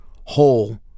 whole